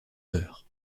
meurt